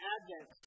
Advent